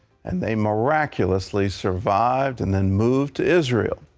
and they miraculously survived and then moved to israel.